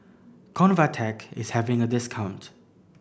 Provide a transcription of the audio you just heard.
Convatec is having a discount